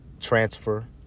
transfer